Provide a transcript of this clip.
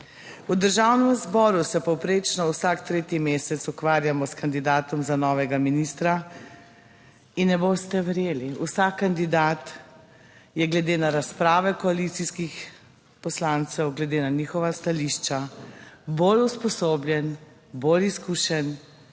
V Državnem zboru se povprečno vsak tretji mesec ukvarjamo s kandidatom za novega ministra, in ne boste verjeli, vsak kandidat je glede na razprave koalicijskih poslancev, glede na njihova stališča bolj usposobljen, bolj izkušen